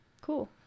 cool